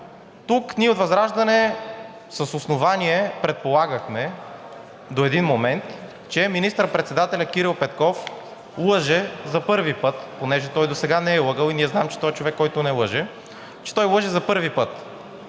тук ние от ВЪЗРАЖДАНЕ с основание предполагахме до един момент, че министър-председателят Кирил Петков лъже за първи път, понеже той досега не е лъгал, и ние знаем, че той е човек, който не лъже, че той лъже за първи път.